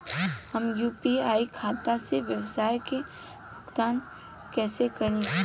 हम यू.पी.आई खाता से व्यावसाय के भुगतान कइसे करि?